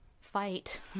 fight